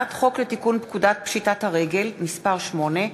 הצעת חוק לתיקון פקודת פשיטת הרגל (מס' 8),